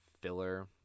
filler